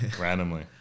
randomly